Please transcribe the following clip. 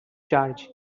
charge